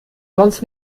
sonst